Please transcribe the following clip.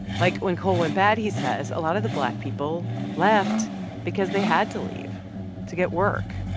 like when coal went bad, he says, a lot of the black people left because they had to leave to get work.